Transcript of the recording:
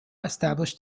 established